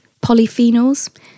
Polyphenols